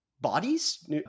bodies